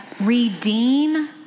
redeem